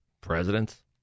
presidents